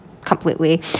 completely